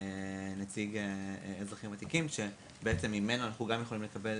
נציג אזרחים ותיקים שממנו אנחנו גם יכולים לקבל